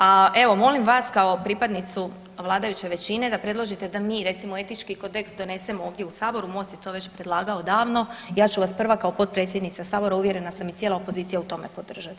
A evo, molim vas, kao pripadnicu vladajuće većine da predložite da mi, recimo, etički kodeks donesemo ovdje u Saboru, MOST je to već predlagao davno, ja ću vas prva kao Potpredsjednica, uvjerena sam i cijela opozicija u tome podržati.